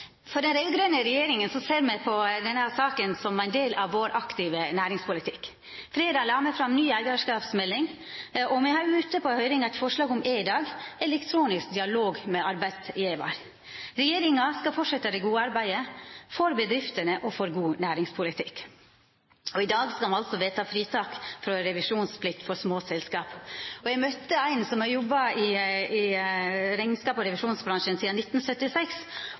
til. Den raud-grøne regjeringa ser på denne saka som ein del av sin aktive næringspolitikk. Fredag la ho fram ny eigarskapsmelding. Me har ute på høyring eit forslag om EDAG, elektronisk dialog med arbeidsgjevarar. Regjeringa skal fortsetja det gode arbeidet – for bedriftene og for god næringspolitikk. I dag skal me altså vedta fritak frå revisjonsplikt for små selskap. Eg møtte ein som har jobba i rekneskaps- og revisjonsbransjen sidan 1976,